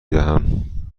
دهم